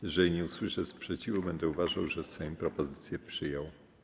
Jeżeli nie usłyszę sprzeciwu, będę uważał, że Sejm propozycję przyjął.